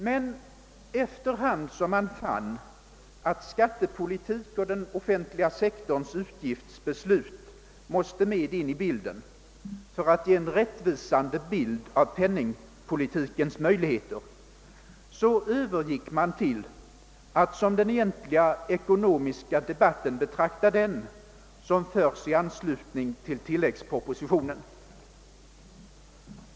Men efter hand som man fann, att skattepolitik och den offentliga sektorns utgiftsbeslut måste tas med i diskussionen för att ge en rättvisande bild av penningpolitikens möjligheter övergick man till att som den egentliga ekonomiska debatten betrakta den som förs i anslutning till tilläggspropositionen.